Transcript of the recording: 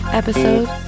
episode